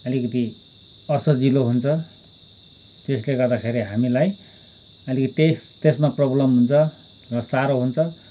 अलिकति असजिलो हुन्छ त्यसले गर्दाखेरि हामीलाई त्यस त्यसमा प्रबलम र साह्रो हुन्छ